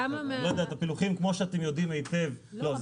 כמו שאתם יודעים היטב --- לא,